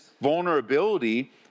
vulnerability